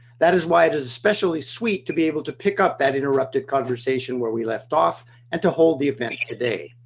that is why it is especially sweet to be able to pick up that interrupted conversation where we left off and to hold the event today.